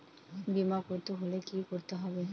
বিমা করতে হলে কি করতে হবে?